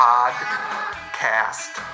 Podcast